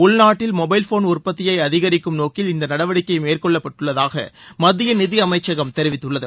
உள்நாட்டில் mobile phone உற்பத்தியை அதிகரிக்கும் நோக்கில் இந்த நடவடிக்கை மேற்கொள்ளப்பட்டுள்ளதாக மத்திய நிதியமைச்சகம் தெரிவித்துள்ளது